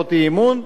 הצעות האי-אמון: